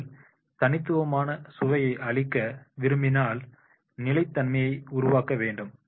நீங்கள் தனித்துவமான சுவையை அளிக்க விரும்பினால் நிலைத்தன்மையை உருவாக்க வேண்டும்